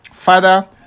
Father